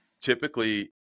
typically